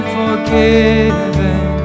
forgiven